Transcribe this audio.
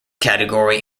category